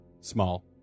Small